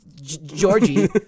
Georgie